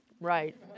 right